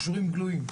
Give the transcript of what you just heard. נשורים גלויים.